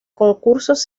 concursos